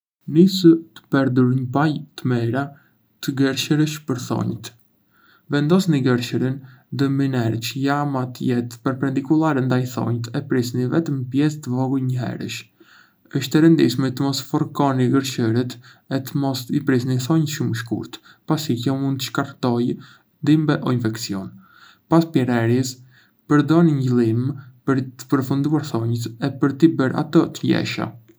Nisë të përdorur një palë të mira gërshërësh për thonjtë. Vendosni gërshërën ndë mënyrë që lama të jetë perpendikulare ndaj thoit e prisni vetëm një pjesë të vogël njëherësh. Është e rëndësishme të mos forconi gërshërët e të mos i prisni thonjtë shumë shkurt, pasi kjo mund të shkaktojë dhimbje o infeksione. Pas prerjes, përdorni një limë për të përfunduar thonjtë e për t'i bërë ato të lësha.